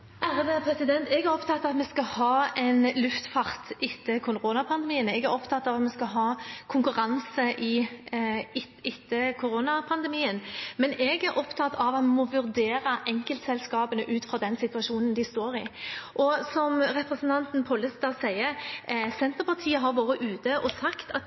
jeg er opptatt av at vi skal ha konkurranse etter koronapandemien. Men jeg er opptatt av at en må vurdere enkeltselskapene ut fra den situasjonen de står i. Som representanten Pollestad sier, har Senterpartiet vært ute og sagt at